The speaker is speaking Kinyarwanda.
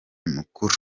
mukuru